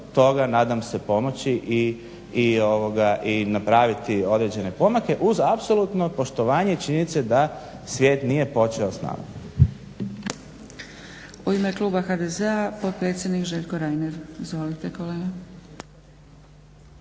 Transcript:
nadam se pomoći i napraviti određene pomake uz apsolutno poštovanje činjenice da svijet nije počeo s nama.